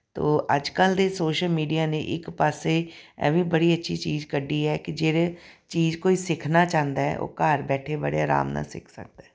ਅਤੇ ਅੱਜ ਕੱਲ੍ਹ ਦੇ ਸੋਸ਼ਲ ਮੀਡੀਆ ਨੇ ਇੱਕ ਪਾਸੇ ਇਹ ਵੀ ਬੜੀ ਅੱਛੀ ਚੀਜ਼ ਕੱਢੀ ਹੈ ਕਿ ਜਿਹੜੇ ਚੀਜ਼ ਕੋਈ ਸਿੱਖਣਾ ਚਾਹੁੰਦਾ ਹੈ ਉਹ ਘਰ ਬੈਠੇ ਬੜੇ ਆਰਾਮ ਨਾਲ ਸਿੱਖ ਸਕਦਾ ਹੈ